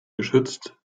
geschützt